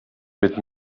mit